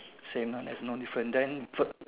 same ah there is no different then fi